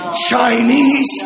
Chinese